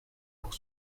pour